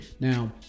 Now